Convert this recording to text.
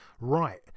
right